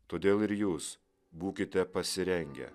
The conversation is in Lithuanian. todėl ir jūs būkite pasirengę